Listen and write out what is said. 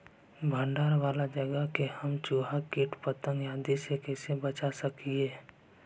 भंडार वाला जगह के हम चुहा, किट पतंग, आदि से कैसे बचा सक हिय?